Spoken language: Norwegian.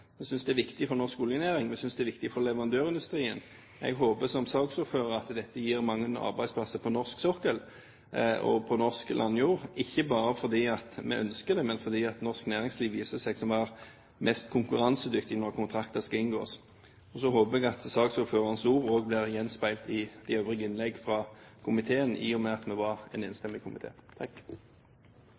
synes det er viktig for norsk oljenæring, vi synes det er viktig for leverandørindustrien. Jeg håper som saksordfører at dette gir mange arbeidsplasser på norsk sokkel og på norsk landjord – ikke bare fordi vi ønsker det, men fordi norsk næringsliv viser seg å være mest konkurransedyktig når kontrakter skal inngås. Så håper jeg at saksordførerens ord også blir gjenspeilt i de øvrige innlegg fra komiteen, i og med at vi var en enstemmig